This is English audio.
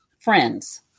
friends